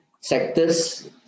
sectors